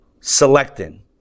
Selecting